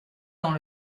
dans